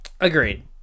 Agreed